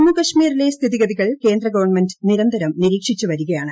ജമ്മുകാശ്മീരിലെ സ്ഥിതിഗതികൾ കേന്ദ്ര ഗവൺമെന്റ് നിരന്തരം നിരീക്ഷിച്ച് വരികയാണ്